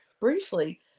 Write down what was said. briefly